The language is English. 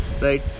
right